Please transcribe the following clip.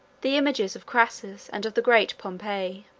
the images of crassus and of the great pompey.